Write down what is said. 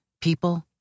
people